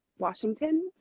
washington